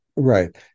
right